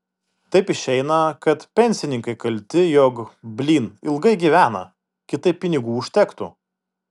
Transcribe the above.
taip išeina kad pensininkai kalti jog blyn ilgai gyvena kitaip pinigų užtektų